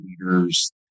leaders